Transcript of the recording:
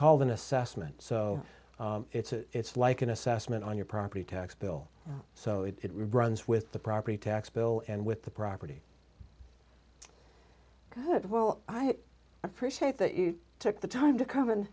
called an assessment so it's like an assessment on your property tax bill so it would runs with the property tax bill and with the property good well i appreciate that you took the time to come and